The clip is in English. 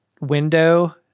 window